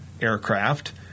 aircraft